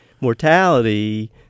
mortality